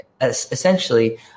Essentially